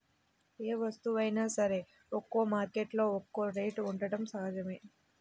ఏ వస్తువైనా సరే ఒక్కో మార్కెట్టులో ఒక్కో రేటు ఉండటం సహజమే